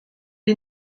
est